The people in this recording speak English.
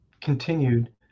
continued